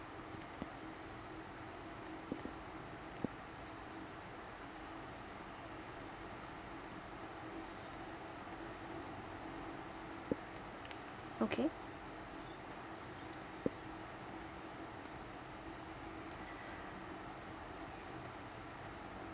okay